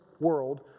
world